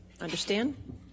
Understand